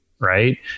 Right